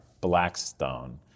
Blackstone